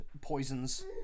poisons